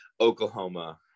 oklahoma